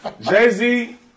Jay-Z